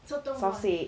sotong ball